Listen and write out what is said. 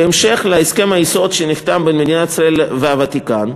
בהמשך להסכם היסוד שנחתם בין מדינת ישראל והוותיקן,